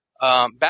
Back